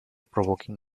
provoking